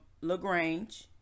LaGrange